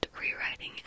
rewriting